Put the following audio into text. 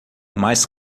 mas